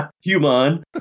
Human